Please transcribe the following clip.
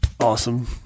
Awesome